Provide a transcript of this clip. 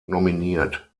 nominiert